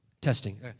Testing